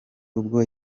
ubwo